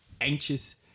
anxious